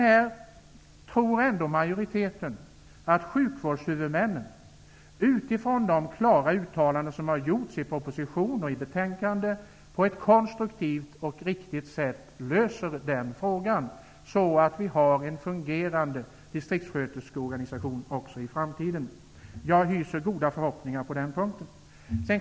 Här tror ändå utskottsmajoriteten att sjukvårdshuvudmännen, utifrån de klara uttalanden som har gjorts i proposition och betänkande, på ett konstruktivt och riktigt sätt löser den frågan, så att vi också i framtiden kommer att ha en fungerande distriktssköterskeorganisation. Jag hyser goda förhoppningar på den punkten.